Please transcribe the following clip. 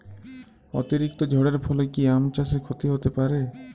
অতিরিক্ত ঝড়ের ফলে কি আম চাষে ক্ষতি হতে পারে?